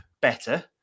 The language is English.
better